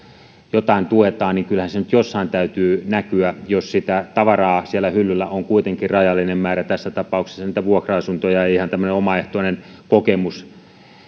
jotain tuetaan niin kyllähän sen nyt jossain täytyy näkyä jos sitä tavaraa siellä hyllyllä on kuitenkin rajallinen määrä tässä tapauksessa niitä vuokra asuntoja ihan tämmöinen omaehtoinen kokemus